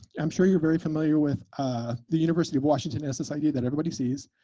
i'm sure you're very familiar with ah the university of washington has this idea that everybody sees.